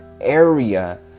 area